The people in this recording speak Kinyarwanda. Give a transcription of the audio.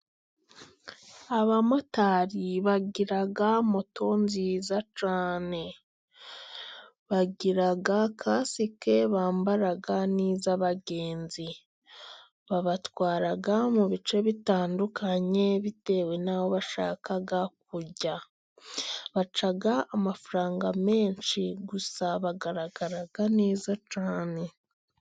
Abamotari bagira moto nziza cyane. Bagira kasike bambara n'iz'abagenzi. Babatwara mu bice bitandukanye bitewe n'aho bashaka kujya. Baca amafaranga menshi, gusa bagaragara neza cyane.